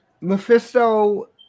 Mephisto